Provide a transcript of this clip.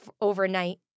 overnight